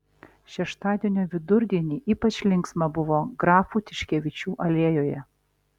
šeštadienio vidurdienį ypač linksma buvo grafų tiškevičių alėjoje